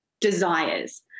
desires